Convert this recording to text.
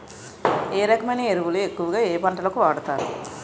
ఏ రకమైన ఎరువులు ఎక్కువుగా ఏ పంటలకు వాడతారు?